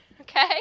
okay